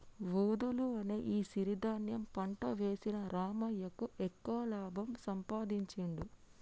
వూదలు అనే ఈ సిరి ధాన్యం పంట వేసిన రామయ్యకు ఎక్కువ లాభం సంపాదించుడు